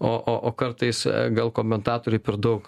o o o kartais gal komentatoriai per daug